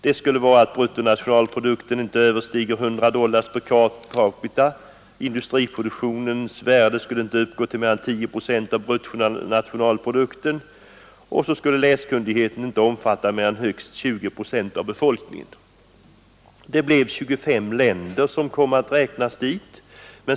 Dessa kriterier innebär att bruttonationalprodukten inte överstiger 100 dollar per capita, att industriproduktionens värde inte uppgår till mer än 10 procent av bruttonationalprodukten och att läskunnigheten inte omfattar mer än högst 20 procent av befolkningen. Det blev 25 länder som kom att räknas dit.